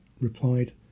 replied